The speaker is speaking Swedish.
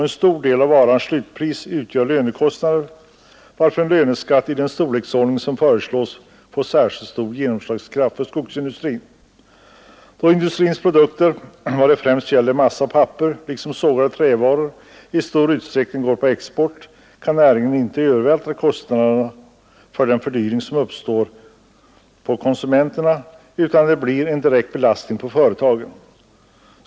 En stor del av varans slutpris utgör lönekostnader, varför en löneskatt i den storleksordning som föreslås får särskilt stor genomslagskraft för skogsindustrin. Då industrins produkter främst när det gäller massa och papper liksom sågade trävaror i stor utsträckning går på export, kan näringen inte övervältra kostnaderna för den fördyring som uppstår på konsumenterna, utan det blir en direkt belastning på företagen.